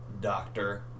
Doctor